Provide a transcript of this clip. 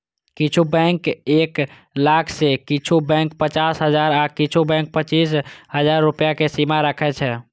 किछु बैंक एक लाख तं किछु बैंक पचास हजार आ किछु बैंक पच्चीस हजार रुपैया के सीमा राखै छै